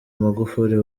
magufuli